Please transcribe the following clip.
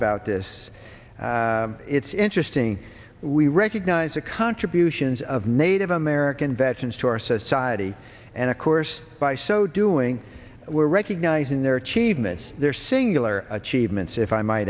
about this it's interesting we recognize the contributions of native american veterans to our society and of course by so doing we're recognizing their achievements their singular achievements if i m